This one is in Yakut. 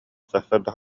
сарсыарда